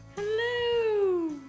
hello